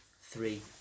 three